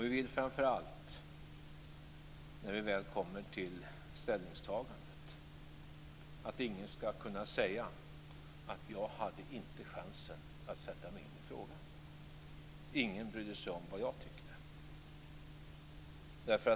Vi vill framför allt, när vi väl kommer till ställningstagandet, att ingen ska kunna säga: Jag hade inte chansen att sätta mig in i frågan, ingen brydde sig om vad jag tyckte.